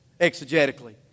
exegetically